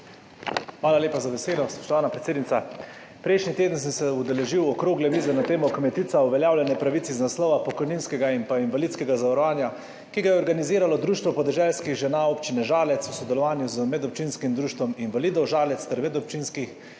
Hvala lepa za besedo, spoštovana predsednica. Prejšnji teden sem se udeležil okrogle mize z naslovom Kmetica – uveljavljanje pravic iz naslova pokojninskega in invalidskega zavarovanja, ki ga je organiziralo Društvo podeželskih žena Občine Žalec v sodelovanju z Medobčinskim društvom invalidov Žalec ter Medobčinskim